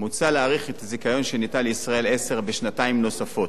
מוצע להאריך את הזיכיון שניתן ל"ישראל 10" בשנתיים נוספות,